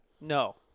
No